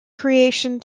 creation